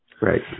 right